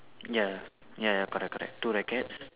ya ya correct correct two rackets